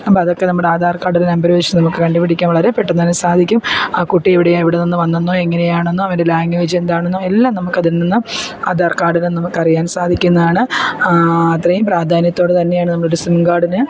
അപ്പം അതൊക്കെ നമ്മുടെ ആധാർ കാഡിലെ നമ്പർ വെച്ച് നമുക്ക് കണ്ടു പിടിക്കാൻ വളരെ പെട്ടെന്നു തന്നെ സാധിക്കും ആ കുട്ടിയെവിടെയാണ് എവിടെ നിന്നു വന്നെന്നോ എങ്ങനെയാണെന്നോ അവൻ്റെ ലാങ്വേജെന്താണെന്നോ എല്ലാം നമുക്കതിൽ നിന്ന് ആധാർ കാർഡിൽ നിന്ന് നമുക്കറിയാൻ സാധിക്കുന്നതാണ് അത്രയും പ്രാധാന്യത്തോടെ തന്നെയാണ് നമ്മളൊരു സിം കാഡിന്